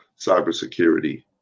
cybersecurity